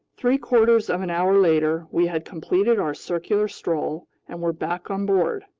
three-quarters of an hour later, we had completed our circular stroll and were back on board.